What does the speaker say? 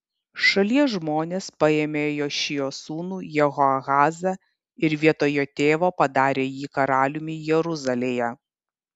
šalies žmonės paėmė jošijo sūnų jehoahazą ir vietoj jo tėvo padarė jį karaliumi jeruzalėje